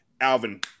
Alvin